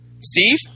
Steve